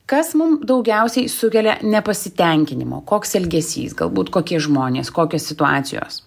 kas mum daugiausiai sukelia nepasitenkinimo koks elgesys galbūt kokie žmonės kokios situacijos